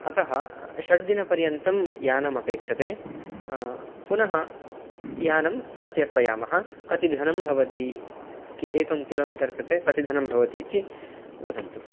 अतः षट्दिनर्पयन्तं यानम् अपेक्षते पुनः यानं प्रत्यर्पयामः कति धनं भवति एकं किलो मिटर् कृते कति धनं भवति इति वदन्तु